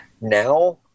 Now